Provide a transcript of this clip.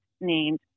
named